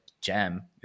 jam